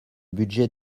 budget